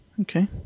Okay